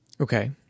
Okay